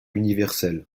universel